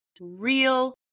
real